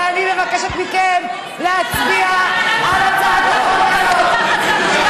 ואני מבקשת מכם להצביע על הצעת החוק הזאת.